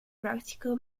practical